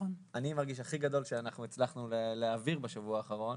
אני מרגיש הכי גדול שאנחנו הצלחנו להעביר בשבוע האחרון,